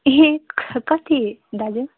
ए कति दाजु